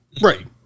Right